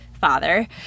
father